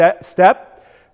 step